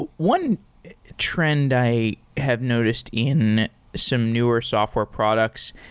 one trend i have noticed in some newer software products,